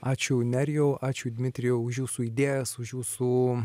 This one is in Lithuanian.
ačiū nerijau ačiū dmitrijau už jūsų idėjas už jūsų